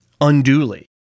unduly